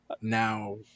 now